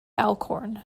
alcorn